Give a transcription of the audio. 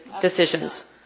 decisions